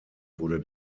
wurde